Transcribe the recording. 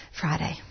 Friday